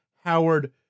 Howard